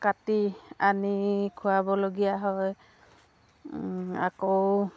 কাটি আনি খোৱাবলগীয়া হয় আকৌ